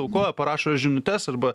aukoja parašo žinutes arba